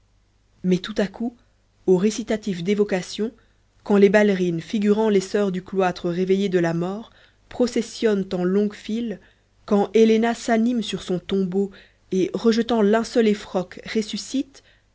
mais tout à coup au récitatif d'évocation quand les ballerines figurant les soeurs du cloître réveillées de la mort processionnent en longue file quand helena s'anime sur son tombeau et rejetant linceul et froc ressuscite